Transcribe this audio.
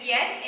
Yes